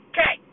Okay